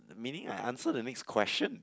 meaning I answer the next question